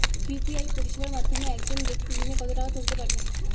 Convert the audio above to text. UPI পরিষেবার মাধ্যমে একজন ব্যাক্তি দিনে কত টাকা তুলতে পারবে?